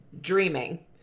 dreaming